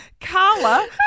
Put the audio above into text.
Carla